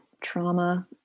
trauma